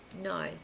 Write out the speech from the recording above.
no